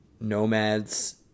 nomads